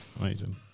amazing